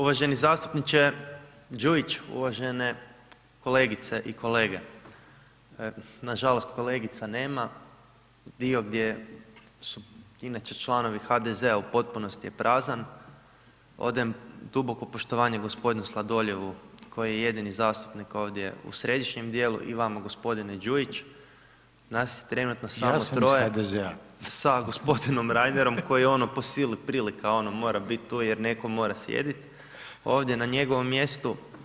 Uvaženi zastupniče Đujić, uvažene kolegice i kolege, nažalost kolegica nema, dio gdje su inače članovi HDZ-a u potpunosti je prazan, odajem duboko poštovanje gospodinu Sladoljevu koji je jedini zastupnik ovdje u središnjem dijelu i vama gospodine Đujić, nas je trenutno samo troje [[Upadica Reiner: I ja sam iz HDZ-a.]] sa gospodinom Reinerom koji ono po sili prilika mora biti tu jer netko mora sjediti ovdje na njegovom mjestu.